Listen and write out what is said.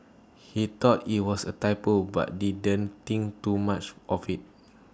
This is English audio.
he thought IT was A typo but didn't think too much of IT